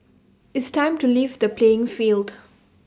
it's time to leave the playing field